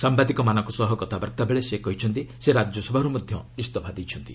ସାମ୍ବାଦିକମାନଙ୍କ ସହ କଥାବାର୍ତ୍ତା ବେଳେ ସେ କହିଛନ୍ତି ସେ ରାଜ୍ୟସଭାର୍ ମଧ୍ୟ ଇସ୍ତଫା ଦେଇଛନ୍ତି